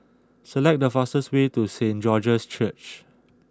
select the fastest way to Saint George's Church